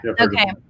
Okay